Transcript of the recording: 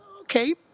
okay